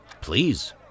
Please